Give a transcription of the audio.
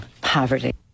poverty